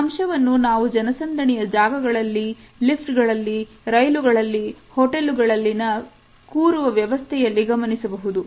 ಈ ಅಂಶವನ್ನು ನಾವು ಜನಸಂದಣಿಯ ಜಾಗಗಳಲ್ಲಿ lift ಗಳಲ್ಲಿ ರೈಲುಗಳಲ್ಲಿ ಹೋಟೆಲುಗಳಲ್ಲಿ ನ ಕೂರುವ ವ್ಯವಸ್ಥೆಗಳಲ್ಲಿ ಗಮನಿಸಬಹುದು